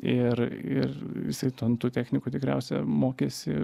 ir ir visi ton tų technikų tikriausiai mokėsi